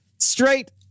Straight